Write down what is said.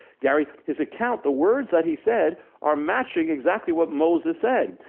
gary his account the words that he said are matching exactly what moses said.